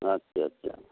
আচ্ছা আচ্ছা